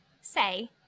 say